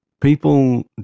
people